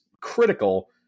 critical